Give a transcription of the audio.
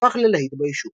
והפך ללהיט ביישוב.